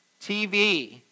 TV